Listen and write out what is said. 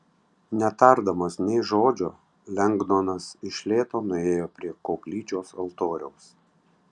netardamas nė žodžio lengdonas iš lėto nuėjo prie koplyčios altoriaus